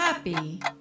Happy